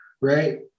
right